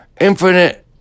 infinite